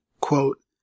Quote